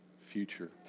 future